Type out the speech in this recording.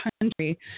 country